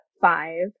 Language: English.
five